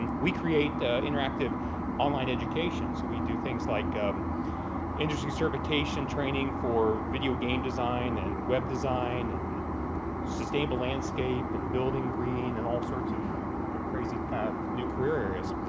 um we create interactive online education so we do things like ah industry certification training for video game design and web design and sustainable landscape and building green and all sorts of of crazy kind of new career areas.